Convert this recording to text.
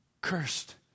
cursed